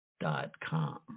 Dot.com